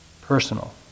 personal